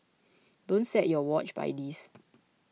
don't set your watch by this